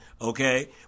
Okay